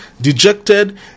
dejected